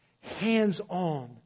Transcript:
hands-on